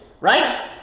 right